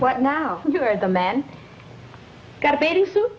what now you are the men got a bathing suit